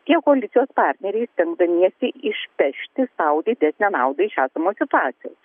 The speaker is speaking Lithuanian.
tiek koalicijos partneriai stengdamiesi išpešti sau didesnę naudą iš esamos situacijos